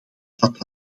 dat